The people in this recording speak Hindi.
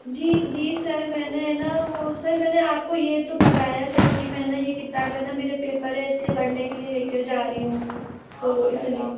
जी जी सर मैंने है न वह सर मैंने आपको यह तो बताया था कि मैं न यह किताब है न मेरे पेपर है इसलिए पढ़ने के लिए लेकर जा रही हूँ तो इसलिए